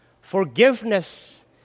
Forgiveness